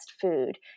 food